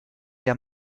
der